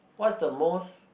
what's the most